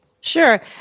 Sure